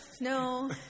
no